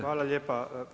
Hvala lijepa.